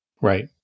Right